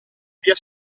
zia